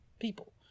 people